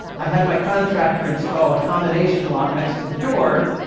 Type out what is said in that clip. i had my contractor install a combination lock next to the door,